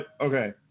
okay